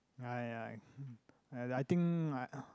!aiya! I think like ugh